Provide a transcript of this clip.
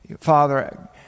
Father